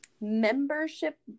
membership